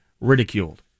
ridiculed